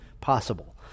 possible